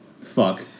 fuck